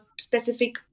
specific